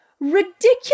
ridiculous